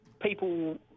people